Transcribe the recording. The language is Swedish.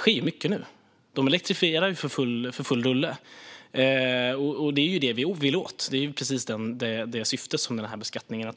sker nu. De elektrifierar för fullt. Det är detta vi vill åt. Det är naturligtvis detta som är syftet med beskattningen.